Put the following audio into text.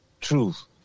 truth